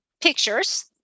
pictures